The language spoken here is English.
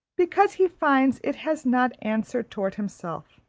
because he finds it has not answered towards himself.